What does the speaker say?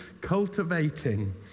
Cultivating